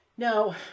Now